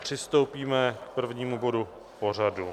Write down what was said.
Přistoupíme k prvnímu bodu pořadu.